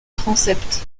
transept